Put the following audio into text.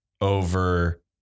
over